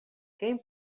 quem